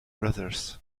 brothers